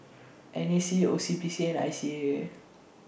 N A C O C B C and I C A